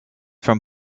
from